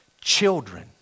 children